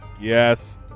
Yes